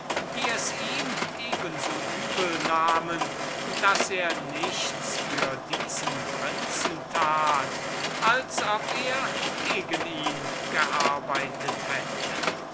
welche es ihm eben so übel nahmen daß er nichts für diesen prinzen tat als ob er gegen ihn agiert hätte